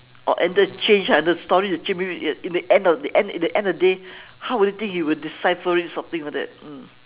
or ended change ah the story is ch~ in the at the end in the end of the day how will you think you will he will decipher it something like that mm